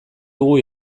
dugu